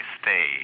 stay